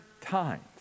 times